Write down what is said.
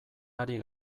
ari